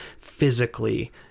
physically